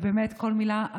באמת כל מילה,